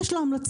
יש לו המלצות.